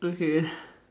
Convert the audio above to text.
okay